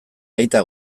aitak